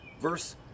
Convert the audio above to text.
Verse